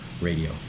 radio